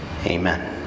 Amen